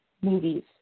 movies